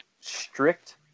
strict